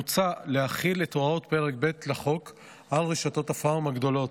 מוצע להחיל את הוראות פרק ב' לחוק על רשתות הפארם הגדולות.